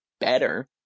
better